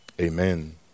amen